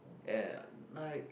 ya ya ya like